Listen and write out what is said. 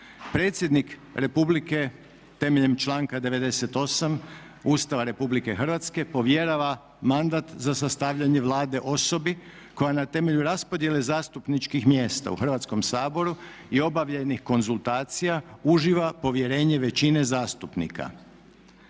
Predsjednik republike temeljem članka 98. Ustava Republike Hrvatske povjerava mandat za sastavljanje Vlade osobi koja na temelju raspodjele zastupničkih mjesta u Hrvatskom saboru i obavljenih konzultacija uživa povjerenje većine zastupnika.